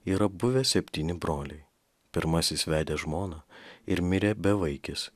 yra buvę septyni broliai pirmasis vedė žmoną ir mirė bevaikis